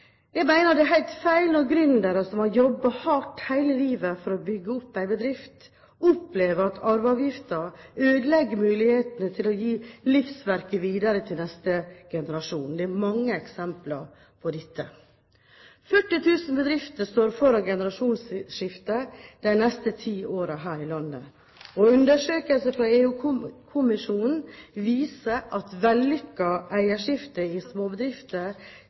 Jeg mener det er helt feil når gründere som har jobbet hardt hele livet for å bygge opp en bedrift, opplever at arveavgiften ødelegger mulighetene til å gi livsverket videre til neste generasjon. Det er mange eksempler på dette. 40 000 bedrifter står foran et generasjonsskifte de neste ti årene her i landet, og undersøkelser fra EU-kommisjonen viser at et vellykket eierskifte i småbedrifter